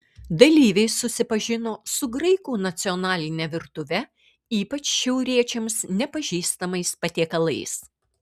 dalyviai susipažino su graikų nacionaline virtuve ypač šiauriečiams nepažįstamais patiekalais